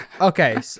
Okay